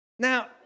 Now